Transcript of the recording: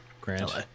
grant